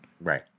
Right